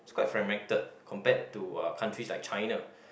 is quite fragmented compared to uh countries like China